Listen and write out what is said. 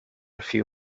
few